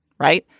right.